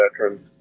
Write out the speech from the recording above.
veterans